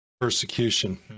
persecution